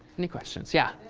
any questions? yeah.